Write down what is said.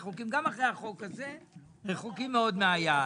גם אחרי החוק הזה, אנחנו רחוקים מאוד מהיעד.